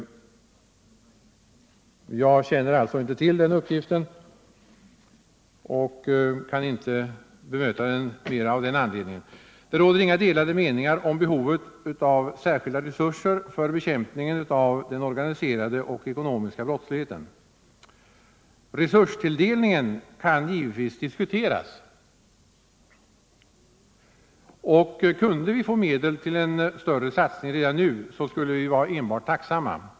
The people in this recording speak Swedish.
Jag känner alltså inte till den uppgiften och kan inte bemöta den mera av den anledningen. Det råder inte några delade meningar om behovet av särskilda resurser för bekämpningen av den organiserade och ekonomiska brottsligheten. Resurstilldelningen kan givetvis diskuteras. Kunde vi få medel till en större satsning redan nu, så skulle vi vara enbart tacksamma.